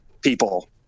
people